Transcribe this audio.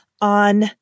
on